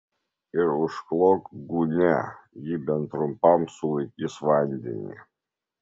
ir užklok gūnia ji bent trumpam sulaikys vandenį